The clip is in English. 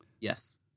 Yes